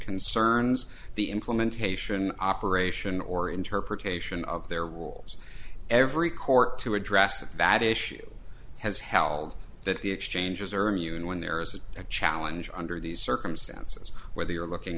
concerns the implementation operation or interpretation of their rules every court to address that issue has held that the exchanges are immune when there is a challenge under these circumstances where they are looking